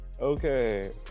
okay